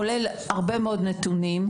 כולל הרבה מאוד נתונים,